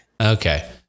Okay